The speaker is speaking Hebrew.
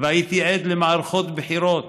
והייתי עד למערכות בחירות